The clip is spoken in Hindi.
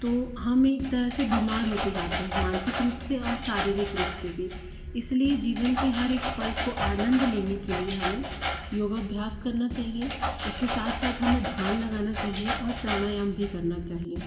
तो हम एक तरह से बीमार होते जाते हैं मानसिक रूप से और शारीरिक रूप से भी इसलिए जीवन के हर एक पल को आनंद लेने के लिए हमें योगाभ्यास करना चाहिए उसके साथ साथ हमें ध्यान लगाना चाहिए और प्राणायाम भी करना चाहिए